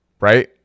right